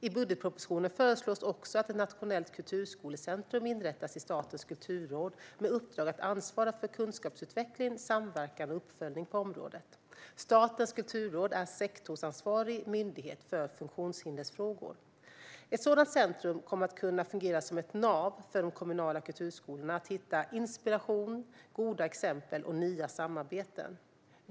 I budgetpropositionen föreslås också att ett nationellt kulturskolecentrum inrättas i Statens kulturråd med uppdrag att ansvara för kunskapsutveckling, samverkan och uppföljning på området. Statens kulturråd är sektorsansvarig myndighet för funktionshindersfrågor. Ett sådant centrum kommer att kunna fungera som ett nav för de kommunala kulturskolorna att hitta inspiration, goda exempel och nya samarbeten.